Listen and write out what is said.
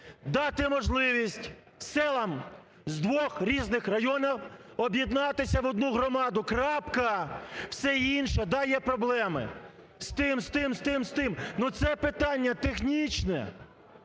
дати можливість селам з двох різних районів об'єднатися в одну громаду. Крапка. Все інше, да, є проблеми з тим, з тим, з тим, ну, це питання технічне.